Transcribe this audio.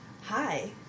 Hi